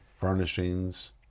furnishings